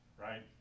right